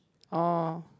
orh